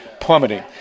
plummeting